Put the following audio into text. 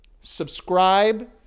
Subscribe